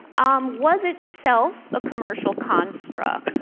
um was itself a commercial construct.